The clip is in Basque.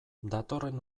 datorren